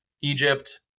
Egypt